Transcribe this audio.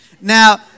Now